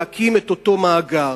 להקים את אותו מאגר,